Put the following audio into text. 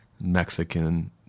Mexican